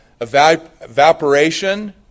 evaporation